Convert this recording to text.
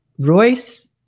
Royce